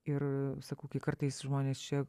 ir sakau kai kartais žmonės čia